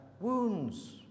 Wounds